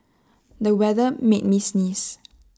the weather made me sneeze